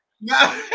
No